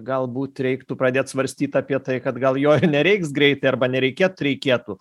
galbūt reiktų pradėt svarstyt apie tai kad gal jo nereiks greitai arba nereikėt reikėtų